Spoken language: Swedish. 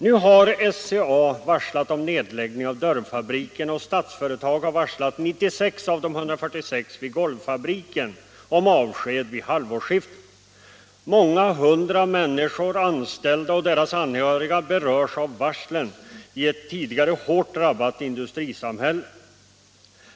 Nu har SCA varslat om nedläggning av dörrfabriken och Statsföretag har varslat 96 av de 146 vid golvfabriken om avsked vid halvårsskiftet. Många hundra människor — anställda och deras anhöriga — berörs av varslen i ett tidigare hårt drabbat industrisamhälle.